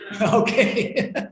Okay